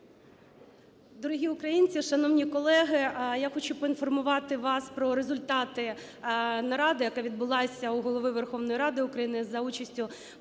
Дорогі українці, шановні колеги, я хочу поінформувати вас про результати наради, яка відбулася у Голови Верховної Ради України за участю